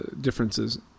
differences